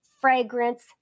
fragrance